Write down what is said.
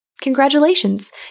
Congratulations